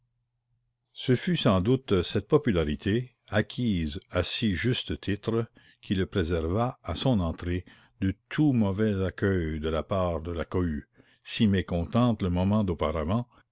ce fut sans doute cette popularité acquise à si juste titre qui le préserva à son entrée de tout mauvais accueil de la part de la cohue si mécontente le moment d'auparavant